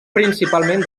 principalment